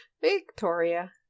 Victoria